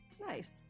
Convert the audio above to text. Nice